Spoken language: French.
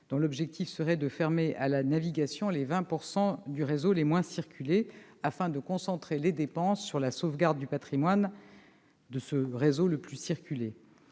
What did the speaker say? dont l'objectif serait de fermer à la navigation les 20 % du réseau les moins circulés, afin de concentrer les dépenses sur la sauvegarde du patrimoine le plus emprunté